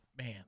man